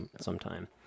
sometime